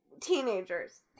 Teenagers